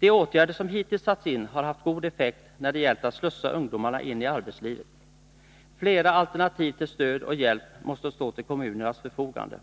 De åtgärder som hittills satts in har haft god effekt när det gällt att slussa ungdomar in i arbetslivet. Flera alternativ till stöd och hjälp måste stå till kommunernas förfogande.